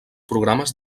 programes